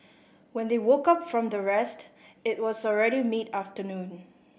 when they woke up from their rest it was already mid afternoon